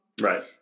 Right